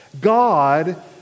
God